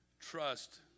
trust